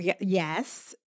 yes